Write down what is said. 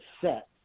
set